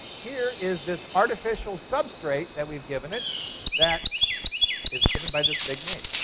here is this artificial substrate that we've given it that is given by this big name